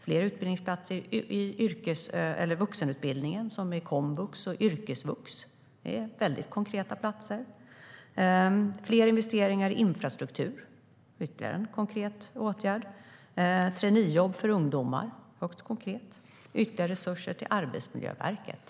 Fler utbildningsplatser i vuxenutbildningen, som i komvux och yrkesvux, är väldigt konkreta platser. Fler investeringar i infrastruktur är ytterligare en konkret åtgärd. Traineejobb för ungdomar är också konkret, och ytterligare resurser till Arbetsmiljöverket likaså.